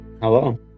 Hello